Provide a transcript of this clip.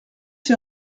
ces